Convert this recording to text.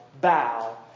bow